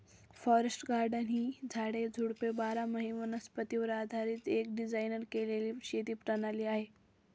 forest garden ही झाडे, झुडपे बारामाही वनस्पतीवर आधारीत एक डिझाइन केलेली शेती प्रणाली आहे